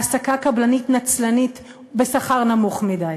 העסקה קבלנית נצלנית בשכר נמוך מדי.